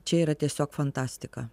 čia yra tiesiog fantastika